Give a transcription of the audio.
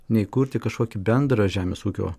nei kurti kažkokį bendrą žemės ūkio